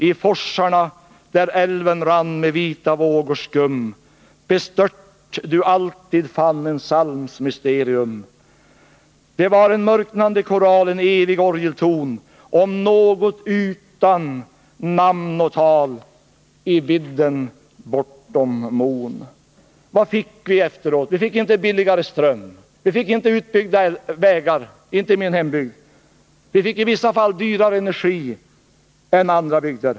I forsarna, där älven rann med vita vågors skum, bestört du alltid fann Det var en mörknande koral, en evig orgelton om något utan namn och tal i vidden bortom mon.” Vad fick vi efteråt? Vi fick inte billigare ström, vi fick inte utbyggda vägar. Vi fick i vissa fall dyrare energi än andra bygder.